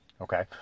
Okay